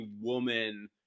woman